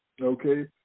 Okay